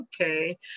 okay